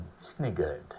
sniggered